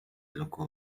local